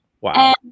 Wow